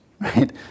right